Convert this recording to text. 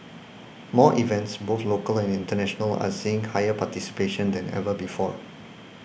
more events both local and international are seeing higher participation than ever before